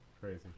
crazy